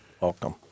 Welcome